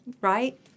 right